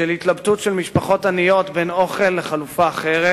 של התלבטות של משפחות עניות בין אוכל לחלופה אחרת.